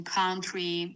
country